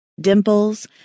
Dimples